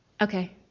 Okay